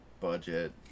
budget